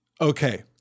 Okay